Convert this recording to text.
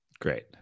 Great